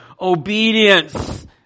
obedience